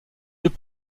deux